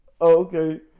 Okay